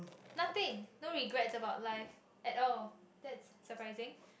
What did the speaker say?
nothing no regret about life at all that's surprising